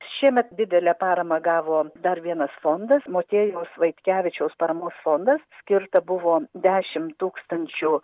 šiemet didelę paramą gavo dar vienas fondas motiejaus vaitkevičiaus paramos fondas skirta buvo dešimt tūkstančių